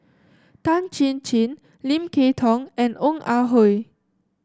Tan Chin Chin Lim Kay Tong and Ong Ah Hoi